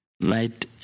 right